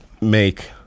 make